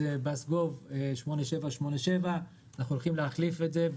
ב-bus.gov, 8787, אנחנו הולכים להחליף את זה.